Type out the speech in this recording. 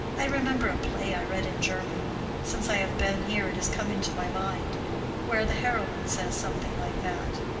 i remember a play i read in german since i have been here it has come into my mind where the heroine says something like that.